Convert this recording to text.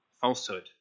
falsehood